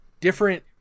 Different